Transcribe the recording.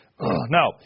Now